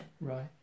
Right